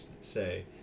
say